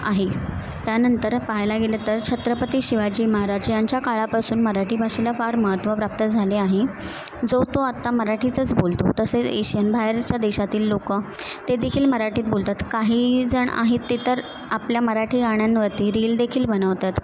आहे त्यानंतर पाहायला गेलं तर छत्रपती शिवाजी महाराज यांच्या काळापासून मराठी भाषेला फार महत्त्व प्राप्त झाले आहे जो तो आता मराठीतच बोलतो तसेच एशियन बाहेरच्या देशातील लोक ते देखील मराठीत बोलतात काही जण आहेत ते तर आपल्या मराठी गाण्यांवरती रील देखील बनवतात